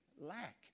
lack